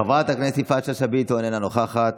חברת הכנסת יפעת שאשא ביטון, אינה נוכחת,